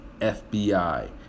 fbi